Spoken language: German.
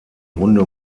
runde